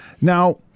now